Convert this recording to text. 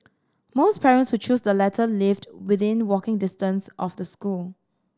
most parents who chose the latter lived within walking distance of the school